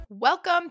Welcome